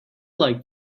like